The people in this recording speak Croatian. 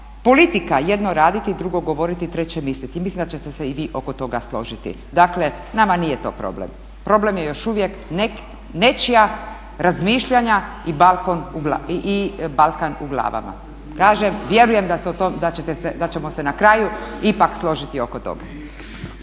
politika jedno raditi, drugo govoriti, treće misliti. I mislim da ćete se i vi oko toga složiti. Dakle nama nije to problem, problem je još uvijek nečija razmišljanja i Balkana u glavama. Kažem vjerujem da ćemo se na kraju ipak složiti oko toga.